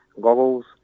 goggles